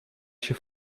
się